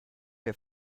der